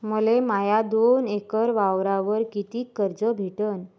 मले माया दोन एकर वावरावर कितीक कर्ज भेटन?